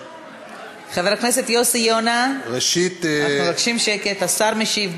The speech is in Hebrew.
חבר הכנסת יוסי יונה, אנחנו מבקשים שקט, השר משיב.